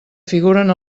figuren